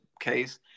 case